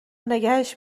نگهش